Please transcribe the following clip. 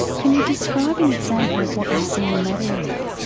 can you describe an example of what you've seen in that area?